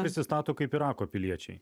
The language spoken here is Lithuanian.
prisistato kaip irako piliečiai